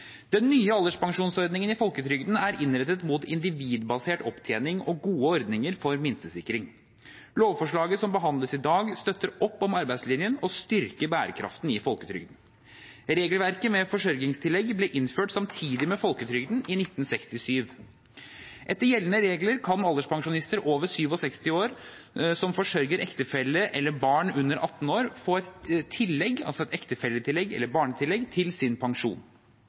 Den nye alderspensjonsordningen i folketrygden er innrettet mot individbasert opptjening og gode ordninger for minstesikring. Lovforslaget som behandles i dag, støtter opp om arbeidslinjen og styrker bærekraften i folketrygden. Regelverket med forsørgingstillegg ble innført samtidig med folketrygden i 1967. Etter gjeldende regler kan alderspensjonister over 67 år som forsørger ektefelle eller barn under 18 år, få et tillegg, altså et ektefelletillegg eller et barnetillegg, til sin pensjon.